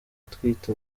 atwite